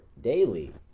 daily